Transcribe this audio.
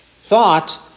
thought